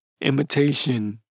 imitation